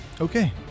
Okay